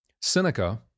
Seneca